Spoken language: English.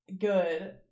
good